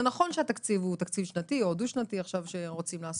זה נכון שהתקציב הוא תקציב שנתי או דו-שנתי שרוצים לעשות,